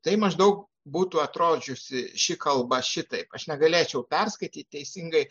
tai maždaug būtų atrodžiusi ši kalba šitaip aš negalėčiau perskaityt teisingai